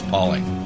Pauling